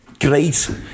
Great